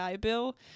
Bill